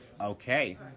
Okay